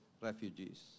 refugees